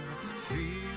Feel